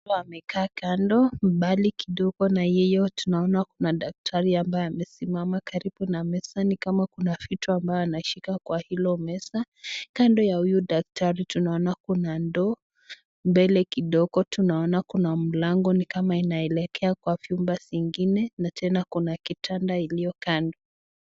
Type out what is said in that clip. Watu wamekaa kando mbali kidogo. Na yeye tu, tunaona kuna daktari ambaye amesimama karibu na meza ni kama kuna vitu ambaye anashika kwa hilo meza. Kando ya huyu daktari tunaona kuna ndoo. Mbele kidogo tunaona kuna mlango ni kama inaelekea kwa vyumba singine. Na tena kuna kitanda iliyo kando.